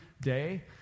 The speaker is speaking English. day